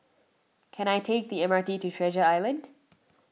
can I take the M R T to Treasure Island